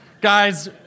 Guys